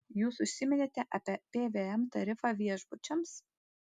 jūs užsiminėte apie pvm tarifą viešbučiams